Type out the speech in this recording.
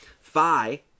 phi